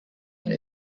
and